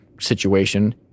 situation